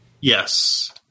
Yes